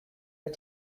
but